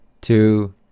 two